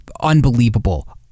Unbelievable